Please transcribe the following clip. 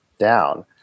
down